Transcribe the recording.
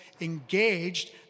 engaged